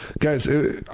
guys